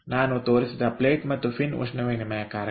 ನಾನು ತೋರಿಸಿದ ಪ್ಲೇಟ್ ಮತ್ತು ಫಿನ್ ಉಷ್ಣವಿನಿಮಯಕಾರಕ